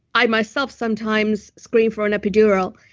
i myself sometimes scream for an epidural.